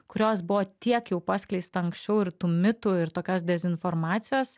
kurios buvo tiek jau paskleista anksčiau ir tų mitų ir tokios dezinformacijos